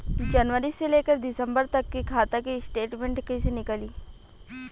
जनवरी से लेकर दिसंबर तक के खाता के स्टेटमेंट कइसे निकलि?